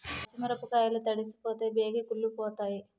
పచ్చి మిరపకాయలు తడిసిపోతే బేగి కుళ్ళిపోతాయి